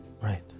Right